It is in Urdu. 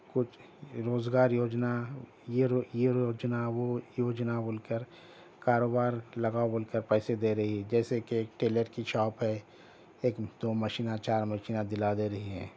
کچھ روزگار یوجنا یہ یہ یوجنا وہ یوجنا بول کر کاروبار لگاؤ بول کر پیسے دے رہی ہے جیسے کہ ٹیلر کی شاپ ہے ایک دو مشینیں چار مشینیں دلا دے رہی ہے